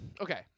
Okay